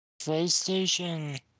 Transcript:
PlayStation